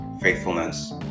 faithfulness